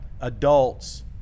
adults